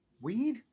weed